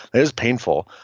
it was painful.